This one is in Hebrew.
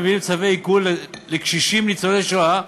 ומביאים צווי עיקול לקשישים ניצולי שואה,